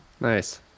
Nice